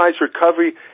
recovery